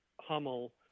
Hummel